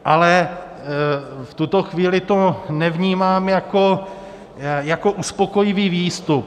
Ale v tuto chvíli to nevnímám jako uspokojivý výstup.